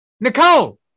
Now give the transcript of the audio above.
Nicole